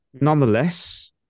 nonetheless